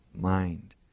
mind